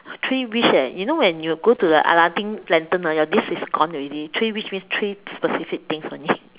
three wish eh you know when you go to the Aladdin lantern ah your wish is gone already three wish means three specific things only